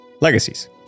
Legacies